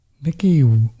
Mickey